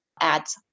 ads